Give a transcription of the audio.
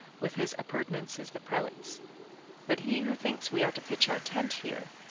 with his appurtenances the prelates but he who thinks we are to pitch our tent here,